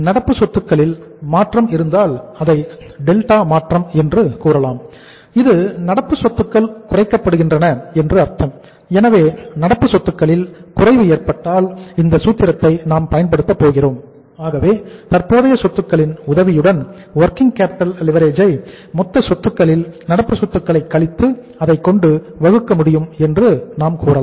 நடப்பு சொத்துக்களில் மாற்றம் இருந்தால் அதை டெல்டா ஐ மொத்த சொத்துக்களில் நடப்பு சொத்துக்களை கழித்து அதை அதைக்கொண்டு வகுக்க முடியும் என்று நாம் கூறலாம்